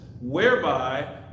whereby